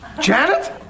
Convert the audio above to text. Janet